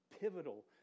pivotal